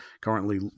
currently